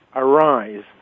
arise